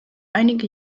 einige